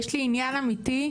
יש לי עניין אמיתי,